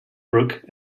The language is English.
brooke